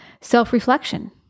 Self-reflection